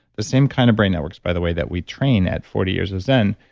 the same kind of brain networks, by the way, that we train at forty years of zen,